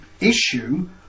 issue